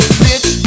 bitch